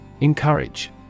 Encourage